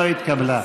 לא התקבלה.